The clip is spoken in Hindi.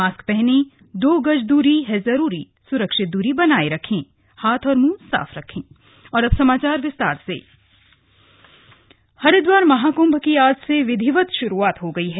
मास्क पहनें दो गज दूरी है जरूरी सुरक्षित दूरी बनाये रखें हाथ और मुंह साफ रखें महाकृभ आगाज हरिद्वार महाकृभ की आज से विधिवत श्रुआत हो गई है